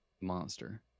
monster